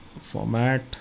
format